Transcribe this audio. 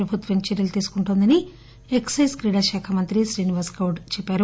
ప్రభుత్వం చర్యలు తీసుకుంటున్న దని ఎక్సెజ్ క్రీడా శాఖ మంత్రి శ్రీనివాస్గౌడ్ అన్సారు